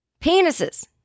Penises